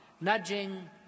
nudging